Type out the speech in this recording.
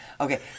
okay